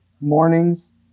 mornings